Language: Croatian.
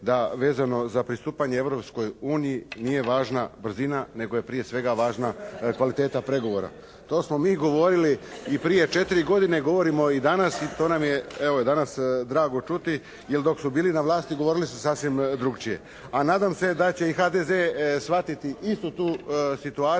da vezano za pristupanje Europskoj uniji nije važna brzina nego je prije svega važna kvaliteta pregovora. To smo mi govorili i prije 4 godine, govorimo i danas i to nam je evo danas drago čuti. Jer dok su bili na vlasti govorili su sasvim drukčije. A nadam se da će i HDZ shvatiti istu tu situaciju